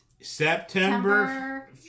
September